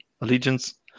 Allegiance